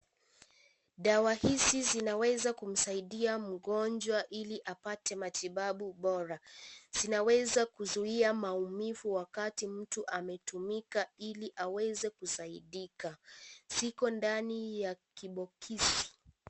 Dawa hizi zinaweza kumsaidia mgonjwa ili apate matibabu bora, zinaweza kuzuia maumivu wakati mtu ametumika ili aweze kusaidika, ziko ndani ya kibokisi.